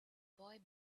boy